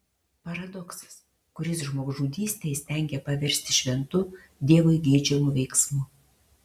paradoksas kuris žmogžudystę įstengia paversti šventu dievui geidžiamu veiksmu